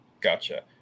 Gotcha